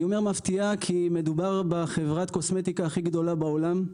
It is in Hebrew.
אני אומר מפתיעה כי מדובר בחברת קוסמטיקה הכי גדולה בעולם,